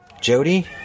Jody